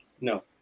No